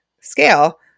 scale